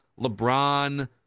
LeBron